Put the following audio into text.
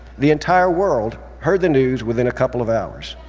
the entire world heard the news within a couple of hours.